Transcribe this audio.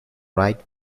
right